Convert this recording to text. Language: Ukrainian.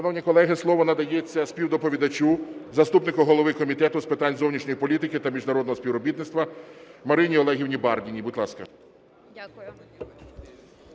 Шановні колеги, слово надається співдоповідачу, заступнику голови Комітету з питань зовнішньої політики та міжнародного співробітництва Марині Олегівні Бардіній, будь ласка.